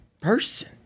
person